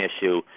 issue